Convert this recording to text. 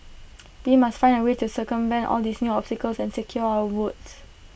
we must find A way to circumvent all these new obstacles and secure our votes